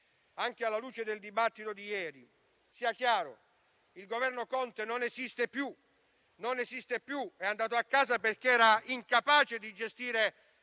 anche alla luce del dibattito di ieri, il Governo Conte non esiste più: non esiste più, è andato a casa perché incapace di gestire